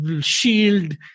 shield